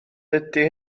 dydy